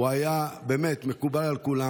היה באמת מקובל על כולם.